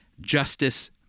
justice